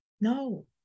No